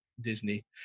disney